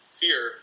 fear